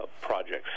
projects